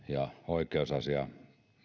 ja oikeusasiamiehen